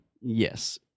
Yes